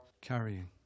carrying